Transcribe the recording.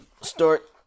start